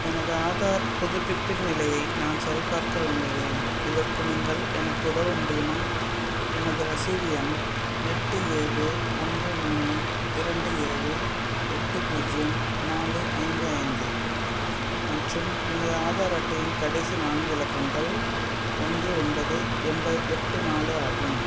எனது ஆதார் புதுப்பிப்பின் நிலையை நான் சரிபார்க்க விரும்புகிறேன் இதற்கு நீங்கள் எனக்கு உதவ முடியுமா எனது ரசீது எண் எட்டு ஏழு ஒன்று மூணு இரண்டு ஏழு எட்டு பூஜ்ஜியம் நாலு ஐந்து ஐந்து மற்றும் எனது ஆதார் அட்டையின் கடைசி நான்கு இலக்கங்கள் ஒன்று ஒன்பது எண்ப எட்டு நாலு ஆகும்